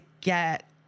get